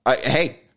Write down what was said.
hey